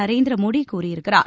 நரேந்திரமோடி கூறியிருக்கிறார்